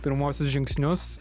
pirmuosius žingsnius